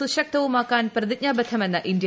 സുശക്തവുമാക്കാൻ പ്രതിജ്ഞാബദ്ധമെന്ന് ഇന്ത്യ